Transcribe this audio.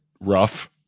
rough